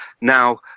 Now